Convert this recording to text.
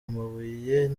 amabuye